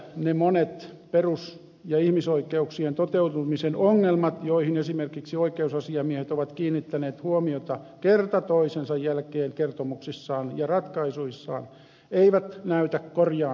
ne monet perus ja ihmisoikeuksien toteutumisen ongelmat joihin esimerkiksi oikeusasiamiehet ovat kiinnittäneet huomiota kerta toisensa jälkeen kertomuksissaan ja ratkaisuissaan eivät näytä korjaantuvan